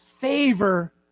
favor